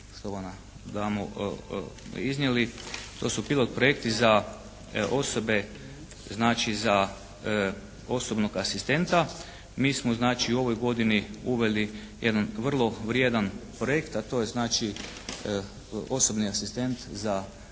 štovana damo iznijeli. To su pilot projekti za osobe, znači za osobnog asistenta. Mi smo znači u ovoj godini uveli jedan vrlo vrijedan projekt a to je znači osobni asistent za te osobe i tu